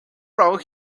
brought